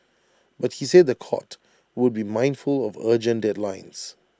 but he said The Court would be mindful of urgent deadlines